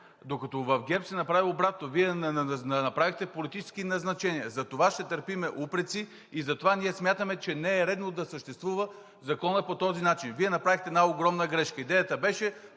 Докато в ГЕРБ се направи обратното – Вие направихте политически назначения. Затова ще търпим упреци и затова ние смятаме, че не е редно да съществува Закона по този начин. Вие направихте една огромна грешка. Идеята беше